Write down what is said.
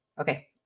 Okay